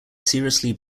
seriously